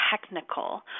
technical